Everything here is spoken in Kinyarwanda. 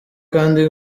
kandi